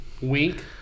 Wink